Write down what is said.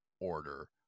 order